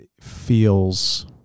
feels